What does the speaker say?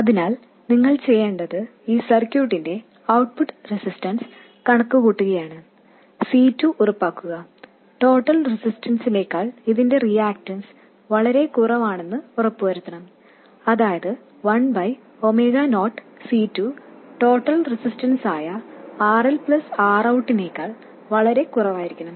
അതിനാൽ നിങ്ങൾ ചെയ്യേണ്ടത് ഈ സർക്യൂട്ടിന്റെ ഔട്ട്പുട്ട് റെസിസ്റ്റൻസ് കണക്കുകൂട്ടുകയാണ് C2 ഉറപ്പാക്കുക ടോട്ടൽ റെസിസ്റ്റൻസിനേക്കാൾ ഇതിന്റെ റിയാക്റ്റൻസ് വളരെ കുറവാണെന്ന് ഉറപ്പുവരുത്തണം അതായത്1 0C2 ടോട്ടൽ റെസിസ്റ്റൻസ് ആയ RL Rout നേക്കാൾ വളരെ കുറവായിരിക്കണം